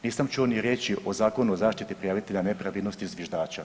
Nisam čuo ni riječi o Zakonu o zaštiti prijavitelja nepravilnosti-zviždača.